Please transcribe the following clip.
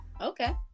Okay